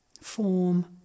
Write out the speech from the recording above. Form